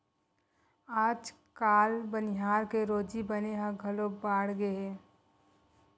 आजकाल बनिहार के रोजी बनी ह घलो बाड़गे हे